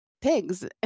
pigs